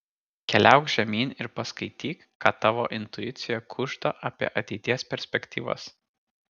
keliauk žemyn ir paskaityk ką tavo intuicija kužda apie ateities perspektyvas